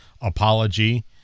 apology